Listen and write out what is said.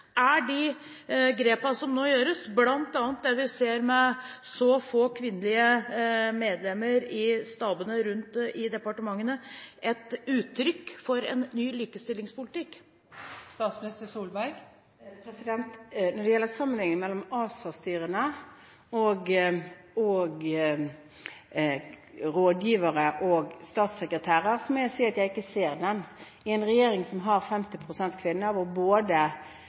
Er de grepene som nå gjøres, bl.a. det vi ser med så få kvinnelige medlemmer i stabene i departementene, et uttrykk for en ny likestillingspolitikk? Når det gjelder sammenhengen mellom ASA-styrene og rådgivere og statssekretærer, må jeg si at jeg ikke ser den. I en regjering som har 50 pst. kvinner – og